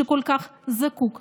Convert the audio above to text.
שכל כך זקוק לחיזוק.